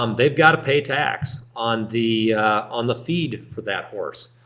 um they've gotta pay tax on the on the feed for that horse.